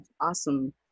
awesome